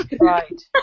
Right